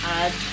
add